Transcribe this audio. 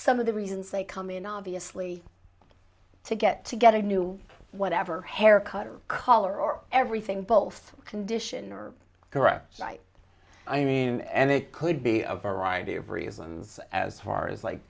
some of the reasons they come in obviously to get to get a new whatever haircut or color or everything both condition or correct i mean and they could be a variety of reasons as far as like